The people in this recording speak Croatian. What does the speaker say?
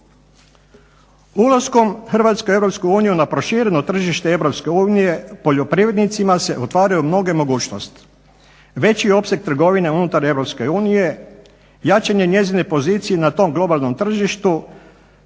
Ulaskom Hrvatske u Europsku uniju na prošireno tržište Europske unije poljoprivrednicima se otvaraju mnoge mogućnosti. Veći opseg trgovine unutar Europske unije, jačanje njezine pozicije na tom globalnom tržištu,